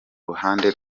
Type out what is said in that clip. ruhande